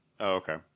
Okay